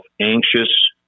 anxious